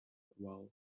while